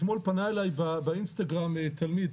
אתמול פנה אליי באינסטגרם תלמיד,